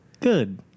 Good